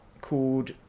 called